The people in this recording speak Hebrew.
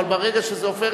אבל ברגע שזה הופך,